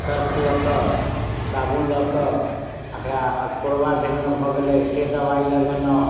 Surf लऽ कऽ साबुन लऽ कऽ अकरा अठकोरबा देहमे भऽ गेलै से दबाइ लगेलहुँ